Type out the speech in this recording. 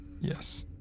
Yes